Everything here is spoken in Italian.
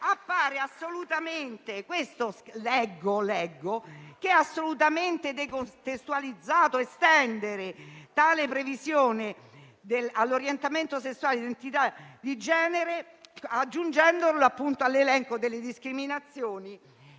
appare assolutamente - questo leggo - decontestualizzato estendere tale previsione all'orientamento sessuale e all'identità di genere, aggiungendoli all'elenco delle discriminazioni